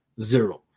Zero